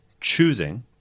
choosing